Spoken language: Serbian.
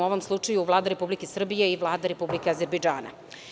U ovom slučaju Vlada Republike Srbije i Vlada Republike Azerbejdžana.